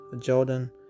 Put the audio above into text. Jordan